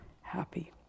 happy